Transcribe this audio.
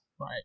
Right